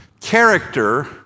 character